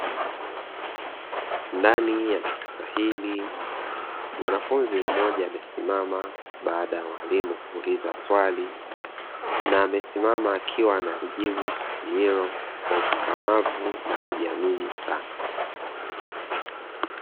Ndani ya darasa hili, mwanafunzi mmoja amesimama baada ya mwalimu kuuliza swali na amesimama akiwa analijibu swali hilo kwa ukakamavu na kwa kujiamini sana.